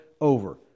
over